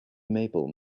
maple